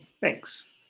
Thanks